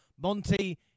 Monty